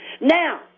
Now